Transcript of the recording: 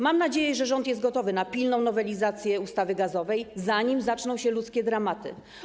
Mam nadzieję, że rząd jest gotowy na pilną nowelizację ustawy gazowej, zanim zaczną się ludzkie dramaty.